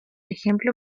ejemplo